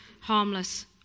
harmless